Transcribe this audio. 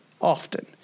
often